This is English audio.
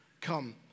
come